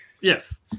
Yes